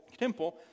temple